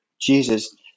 jesus